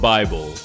Bible